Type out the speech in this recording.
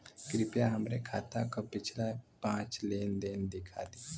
कृपया हमरे खाता क पिछला पांच लेन देन दिखा दी